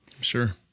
Sure